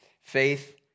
faith